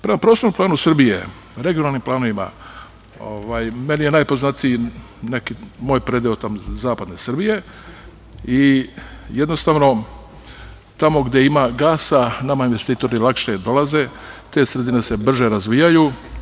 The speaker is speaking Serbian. Prema prostornom planu Srbije, regionalnim planovima, meni je najpoznatiji moj predeo Zapadne Srbije i jednostavno tamo gde ima gasa nama investitori lakše dolaze, te sredine se brže razvijaju.